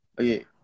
okay